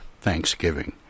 Thanksgiving